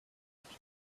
catch